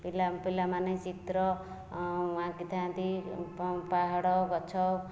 ପିଲା ପିଲାମାନେ ଚିତ୍ର ଆଙ୍କିଥାନ୍ତି ପାହାଡ଼ ଗଛ